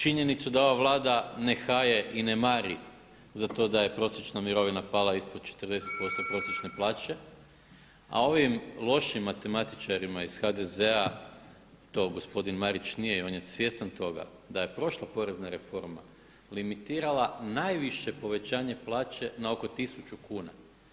Činjenicu da ova Vlada ne haje i ne mari za to da je prosječna mirovina pala ispod 40% prosječne plaće a ovim lošim matematičarima iz HDZ-a to gospodin Marić nije, on je svjestan toga da je prošla porezna reforma limitirala najviše povećanje plaće na oko 1000 kuna.